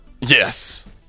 yes